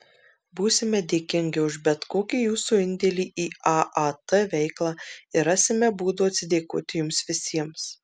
būsime dėkingi už bet kokį jūsų indėlį į aat veiklą ir rasime būdų atsidėkoti jums visiems